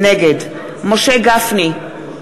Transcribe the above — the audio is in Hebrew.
נגד משה גפני,